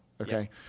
Okay